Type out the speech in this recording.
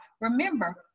Remember